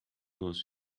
was